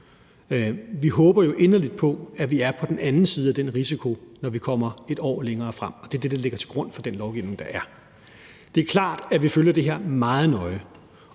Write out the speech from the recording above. Vi håber jo inderligt på, at vi er på den anden side af den risiko, når vi kommer et år længere frem, og det er det, der ligger til grund for den lovgivning, der er. Det er klart, at vi følger det her meget nøje